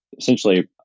essentially